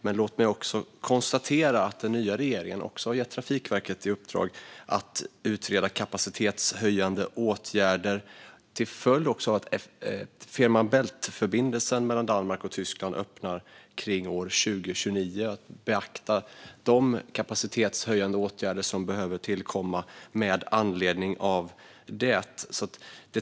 Men den nya regeringen har också gett Trafikverket i uppdrag att utreda kapacitetshöjande åtgärder också till följd av att Fehmarn Bält-förbindelsen mellan Danmark och Tyskland öppnar kring år 2029 och att beakta de kapacitetshöjande åtgärder som behöver tillkomma med anledning av det.